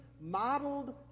modeled